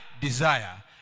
desire